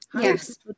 Yes